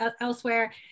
elsewhere